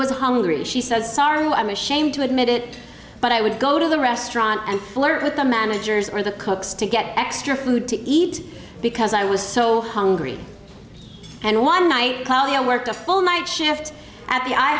was hungry she says sorry i'm ashamed to admit it but i would go to the restaurant and flirt with the managers or the cooks to get extra food to eat because i was so hungry and one night i worked a full night shift at the i